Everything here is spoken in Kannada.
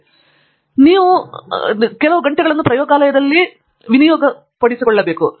ಆದ್ದರಿಂದ ನೀವು ಆ ಗಂಟೆಗಳನ್ನು ಪ್ರಯೋಗಾಲಯದಲ್ಲಿ ಹಾಕಬೇಕು